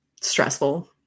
stressful